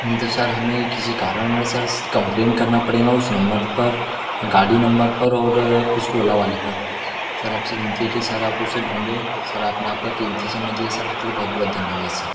नहीं तो सर हमें ही किसी कारणवश सर उस कंप्लेन करना पड़ेगा उस नंबर पर गाड़ी नंबर पर और उस ओला वाले पर सर आपसे विनती है कि सर आप उसे ढूँढें सर आपने आपका कीमती समय दिया सर उसके लिए बहुत बहुत धन्यवाद सर